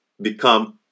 Become